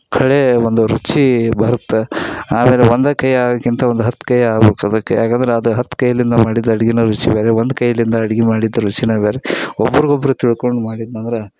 ಕಳೆ ಒಂದು ರುಚಿ ಬರುತ್ತೆ ಆಮೇಲೆ ಒಂದು ಕೈ ಆಗೋಕ್ಕಿಂತ ಒಂದು ಹತ್ತು ಕೈ ಆಗ್ಬೇಕ್ ಅದಕ್ಕೆ ಯಾಕಂದ್ರೆ ಅದು ಹತ್ತು ಕೈಲಿಂದ ಮಾಡಿದ ಅಡಿಗೇನೇ ರುಚಿ ಬೇರೆ ಒಂದು ಕೈಲಿಂದ ಅಡಿಗೆ ಮಾಡಿದ್ದು ರುಚಿನೇ ಬೇರೆ ಒಬ್ರಿಗೊಬ್ರು ತಿಳ್ಕೊಂಡು ಮಾಡಿದ್ನಂದ್ರೆ